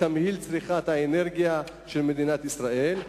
תמהיל צריכת האנרגיה של מדינת ישראל?